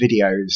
videos